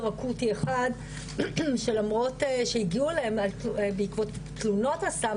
אקוטי אחד שלמרות שהגיעו אליהם בעקבות תלונות על סם